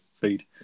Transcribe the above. feed